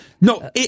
No